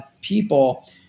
people